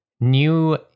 new